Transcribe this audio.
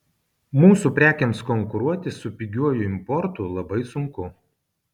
mūsų prekėms konkuruoti su pigiuoju importu labai sunku